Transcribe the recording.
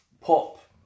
pop